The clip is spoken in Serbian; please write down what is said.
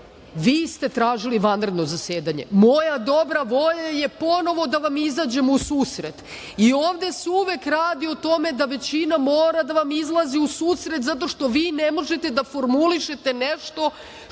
vi ste tražili vanredno zasedanje. Moja dobra volja je ponovo da vam izađem u susret i ovde se uvek radi o tome da većina mora da vam izlazi u susret zato što vi ne možete da formulišete nešto